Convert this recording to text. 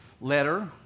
letter